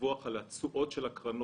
הדיווח על התשואות של הקרנות,